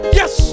yes